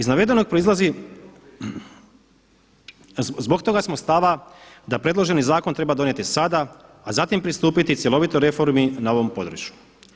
Iz navedenog proizlazi, zbog toga smo stava da predloženi zakon treba donijeti sada a zatim pristupiti cjelovitoj reformi na ovom području.